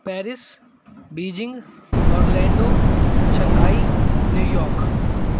Paris Beijing orlando Shanghai New York